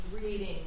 Reading